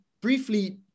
briefly